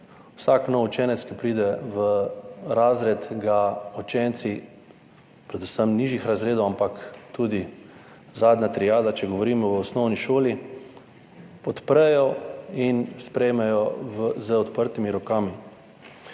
Vsak nov učenec, ki pride v razred, ga učenci predvsem nižjih razredov, ampak tudi zadnja triada, če govorimo o osnovni šoli, podprejo in sprejmejo z odprtimi rokami.